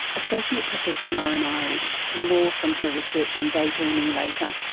associate professor muireann irish. and more from her research on daydreaming later.